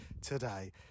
today